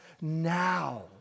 now